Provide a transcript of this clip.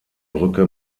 brücke